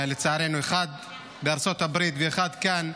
לצערנו, אחד בארצות הברית ואחד כאן,